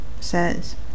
says